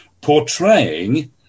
portraying